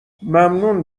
ممنون